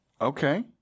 Okay